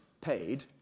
paid